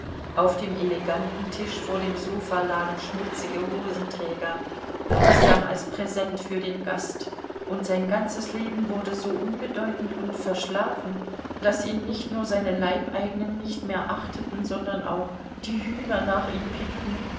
auf dem eleganten tisch vor dem sofa lagen schmutzige hosenträger gleichsam als präsent für den gast und sein ganzes leben wurde so unbedeutend und verschlafen daß ihn nicht nur seine leibeigenen nicht mehr achteten sondern auch die hühner nach ihm pickten